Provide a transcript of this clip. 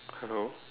hello